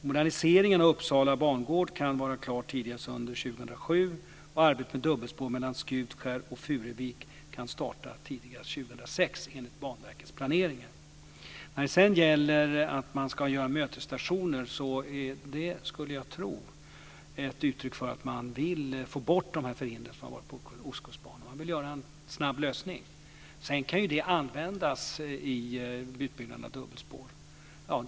Moderniseringen av Uppsala bangård kan vara klar tidigast under 2007, och arbetet på dubbelspår mellan Skutskär och Furuvik kan starta tidigast 2006 Vad gäller att anlägga mötesstationer skulle jag tro att detta är ett uttryck för att man vill få bort de hinder som funnits på ostkustbanan, att man vill göra en snabb lösning. Jag kan inte svara på om de sedan kan användas vid utbyggnaden av dubbelspår.